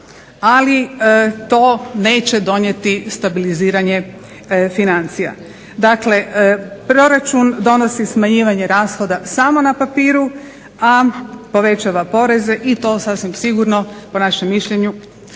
ali to neće donijeti stabiliziranje financija. Dakle, proračun donosi smanjivanje rashoda samo na papiru, a povećava poreze i to sasvim sigurno po našem mišljenju neće